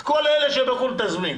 את כל אלה שבחוץ לארץ תזמין,